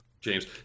James